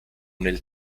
nel